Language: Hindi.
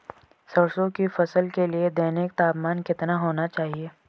सरसों की फसल के लिए दैनिक तापमान कितना होना चाहिए?